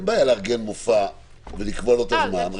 שאין בעיה לארגן מופע ולקבוע לו את הזמן.